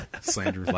Slander